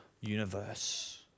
universe